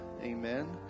amen